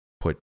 put